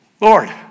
Lord